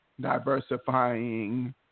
diversifying